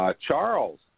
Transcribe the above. Charles